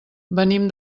venim